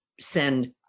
send